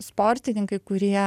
sportininkai kurie